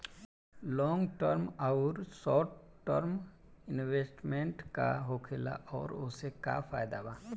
Long term आउर short term investment का होखेला और ओसे का फायदा बा?